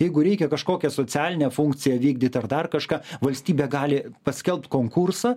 jeigu reikia kažkokią socialinę funkciją vykdyt ar dar kažką valstybė gali paskelbt konkursą